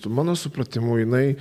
mano supratimu jinai